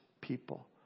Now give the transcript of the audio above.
people